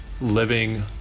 living